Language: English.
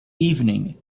evening